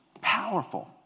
powerful